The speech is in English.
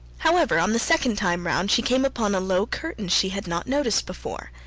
however, on the second time round, she came upon a low curtain she had not noticed before,